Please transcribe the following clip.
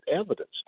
evidence